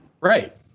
Right